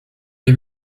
jej